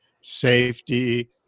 safety